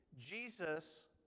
Jesus